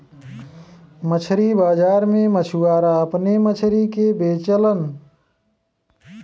मछरी बाजार में मछुआरा अपने मछरी के बेचलन